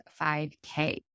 5k